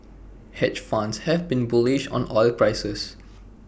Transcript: hedge funds have been bullish on oil prices